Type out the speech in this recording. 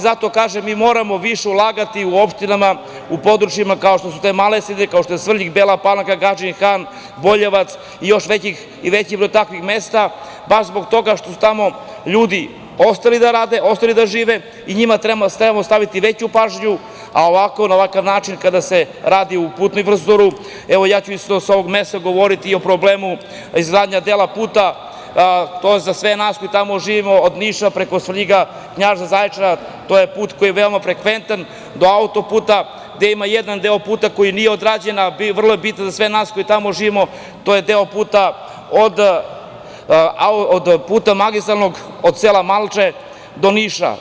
Zato kažem, mi moramo više ulagati u opštinama, u područjima kao što su te male sredine, kao što je Svrljig, Bela Palanka, Gadžin Han, Boljevac i još takvih mesta, baš zbog toga što su tamo ljudi ostali da rade, ostali da žive i njima trebamo staviti veću pažnju, a na ovakav način kada se radi o putnoj infrastrukturi, evo ja ću sa ovog mesta govoriti i o problemu izgradnje dela puta, to je za sve nas koji tamo živimo, od Niša, preko Svrljiga, Knjaževca, Zaječara, to je put koji je veoma frekventan, do autoputa gde ima jedan deo puta koji nije odrađen, a vrlo je bitan za sve nas koji tamo živimo, to je deo puta od magistralnog puta, od sela Malče do Niša.